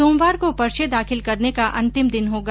सोमवार को पर्चे दाखिल करने का अंतिम दिन होगा